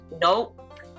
Nope